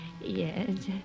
Yes